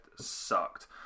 sucked